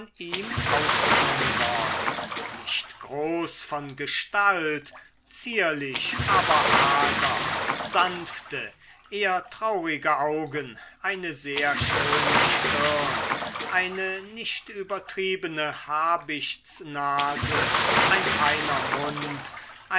ihm aufgenommen worden nicht groß von gestalt zierlich aber nicht hager sanfte eher traurige augen eine sehr schöne stirn eine nicht übertriebene habichtsnase ein feiner mund